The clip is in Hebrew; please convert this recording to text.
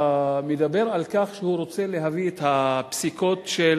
מדבר על כך שהוא רוצה להביא את הפסיקות של